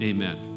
Amen